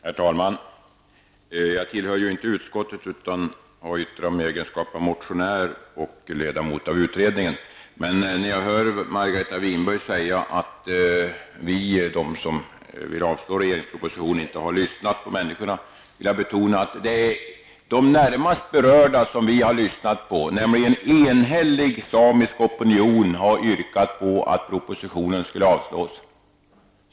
Herr talman! Jag tillhör ju inte utskottet utan har att yttra mig i egenskap av motionär och ledamot av utredningen. När jag hör Margareta Winberg säga att vi som vill avslå propositionen inte har lyssnat på människorna vill jag betona att det är de närmast berörda som vi har lyssnat på. En enhällig samisk opinion har yrkat på att propositionen avslås.